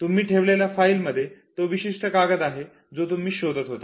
तुम्ही ठेवलेल्या फाईल मध्ये तो विशिष्ट कागद आहे जो तुम्ही शोधत होता